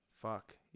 Fuck